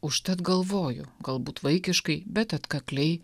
užtat galvoju galbūt vaikiškai bet atkakliai